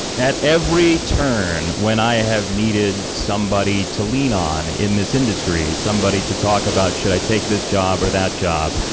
at every turn when i have needed somebody to lean on in this industry, somebody to talk about, should i take this job or that job,